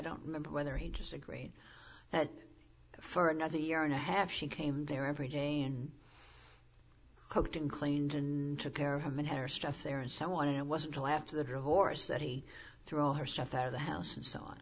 don't remember whether he just agreed that for another year and a half she came there every day and cooked and cleaned and took care of him and her stuff there and so on and it wasn't till after the divorce that he threw all her stuff there the house and so on